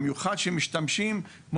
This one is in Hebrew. המיוחד הוא שמשתמשים ביחידה הארצית,